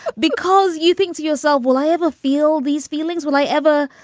because you think to yourself, will i ever feel these feelings? will i ever,